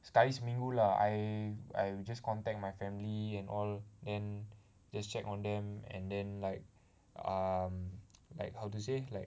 sekali seminggu lah I I will just contact my family and all then just check on them and then like um like how to say like